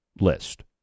list